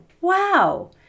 wow